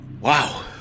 wow